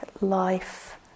life